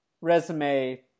resume